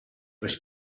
was